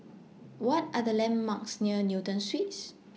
What Are The landmarks near Newton Suites